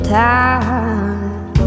time